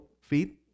feet